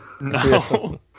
No